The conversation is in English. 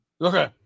Okay